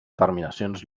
terminacions